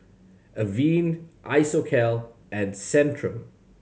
Avene Isocal and Centrum